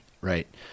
right